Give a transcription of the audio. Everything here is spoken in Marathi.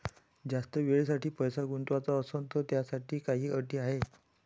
जास्त वेळेसाठी पैसा गुंतवाचा असनं त त्याच्यासाठी काही अटी हाय?